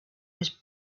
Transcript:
was